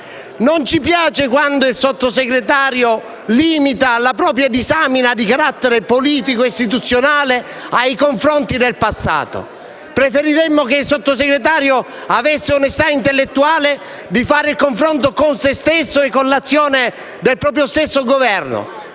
Non ci piace quando il Sottosegretario limita la propria disamina di carattere politico-istituzionale ai confronti con il passato; preferiremmo che il Sottosegretario avesse l'onestà intellettuale di fare il confronto con se stesso e con l'azione del suo stesso Governo.